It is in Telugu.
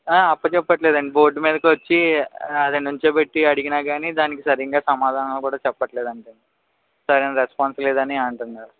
అప్పచేప్పట్లేదండి బోర్డు మీదకి వచ్చి అదే నుంచోబెట్టి అడిగినా కానీ దానికి సరిగ్గా సమాధానాలు కూడా చెప్పట్లేదంటండి సరైన రెస్పాన్స్ లేదని అంటన్నారు